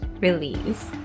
release